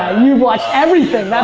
you've watch everything.